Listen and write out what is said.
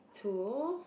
to